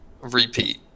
repeat